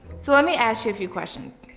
so let me ask you a few questions.